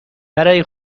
برای